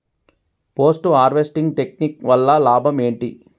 Post harvesting technique వల్ల లాభం ఏంటి?